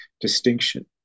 distinction